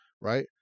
right